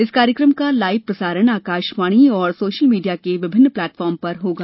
इस कार्यक्रम का लाइव प्रसारण आकाशवाणी और सोशल मीडिया के विभिन्न प्लेटफार्म पर होगा